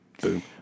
Boom